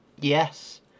Yes